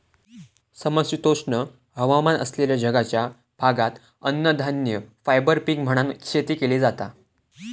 समशीतोष्ण हवामान असलेल्या जगाच्या भागात अन्नधान्य, फायबर पीक म्हणान शेती केली जाता